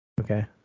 okay